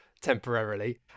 temporarily